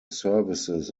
services